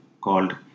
called